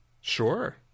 Sure